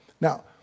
Now